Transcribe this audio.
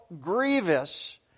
grievous